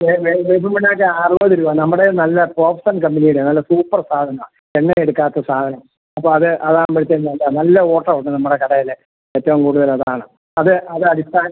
വേപ്പിൻ പിണ്ണാക്ക് അറുപത് രൂപ നമ്മുടെ നല്ല പോപ്സൺ കമ്പനിയുടെയാണ് നല്ല സൂപ്പർ സാധനമാണ് എണ്ണ എടുക്കാത്ത സാധനം അപ്പോൾ അത് അതാവുമ്പോഴത്തേക്ക് നല്ല നല്ല ഓട്ടം ഉണ്ട് നമ്മുടെ കടയിൽ ഏറ്റവും കൂടുതലതാണ് അത് അതടിസ്ഥാന